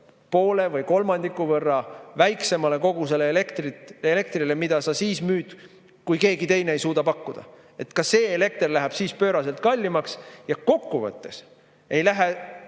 poole või kolmandiku võrra väiksemale kogusele elektrile, mida sa siis müüd, kui keegi teine ei suuda pakkuda. Ka see elekter läheb siis pööraselt palju kallimaks. Ja kokkuvõttes su